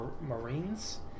Marines